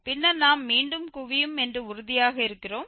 பின்னர் நாம் மீண்டும் குவியும் என்று உறுதியாக இருக்கிறோம்